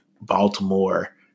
Baltimore